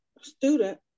student